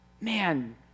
Man